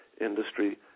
industry